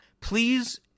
please